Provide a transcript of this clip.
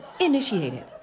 initiated